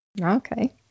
Okay